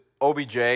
OBJ